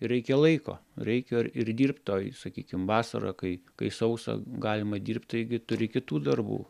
reikia laiko reikia ir dirbt toj sakykim vasarą kai kai sausa galima dirbt taigi turi kitų darbų